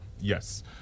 Yes